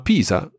Pisa